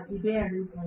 ఇదే అడుగుతోంది